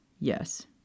Yes